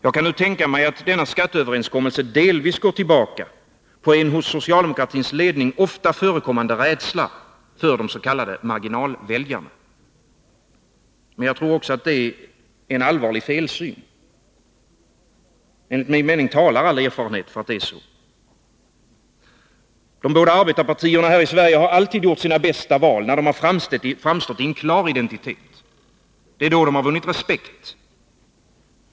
Jag kan tänka mig att denna skatteöverenskommelse delvis går tillbaka på en hos socialdemokratins ledning ofta förekommande rädsla för de s.k. marginalväljarna. Jag tror att man här har en allvarlig felsyn. Enligt min mening talar all erfarenhet för att det är så. De båda arbetarpartierna här i Sverige har alltid gjort sina bästa val, när de framstått i en klar identitet. Det är då de har vunnit respekt.